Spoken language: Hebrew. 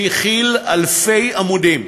שהכיל אלפי עמודים.